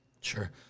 Sure